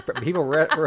people